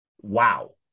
wow